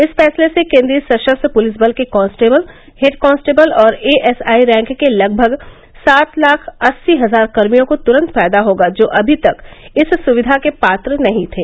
इस फैसले से केन्द्रीय सशस्त्र पुलिस बल के कांस्टेबल हैड कांस्टेबल और एएसआई रैंक के लगभग सात लाख अस्सी हजार कर्मियों को तुरंत फायदा होगा जो अभी तक इस सुविधा के पात्र नहीं थे